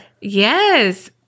Yes